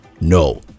No